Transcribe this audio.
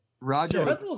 Roger